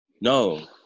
no